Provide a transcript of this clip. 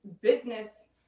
business